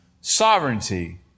sovereignty